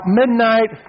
midnight